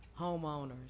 homeowners